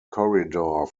corridor